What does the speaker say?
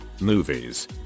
movies